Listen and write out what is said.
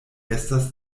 estas